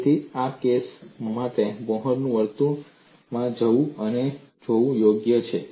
તેથી આ કેસો માટે મોહરના વર્તુળમાં જવું અને જોવું યોગ્ય છે